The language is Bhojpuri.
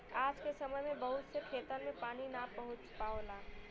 आज के समय में बहुत से खेतन में पानी ना पहुंच पावला